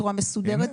בצורה מסודרת,